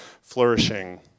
flourishing